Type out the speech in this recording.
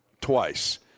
twice